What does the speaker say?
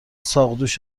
ساقدوش